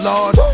Lord